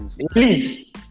Please